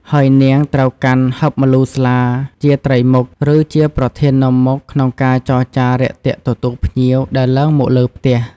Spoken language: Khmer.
ហើយនាងត្រូវកាន់ហឹបម្លូស្លា ជាត្រីមុខ ឬជាប្រធាននាំមុខក្នុងការចរចារាក់ទាក់ទទួលភ្ញៀវដែលឡើងមកលើផ្ទះ ។